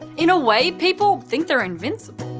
in a way, people think they're invincible.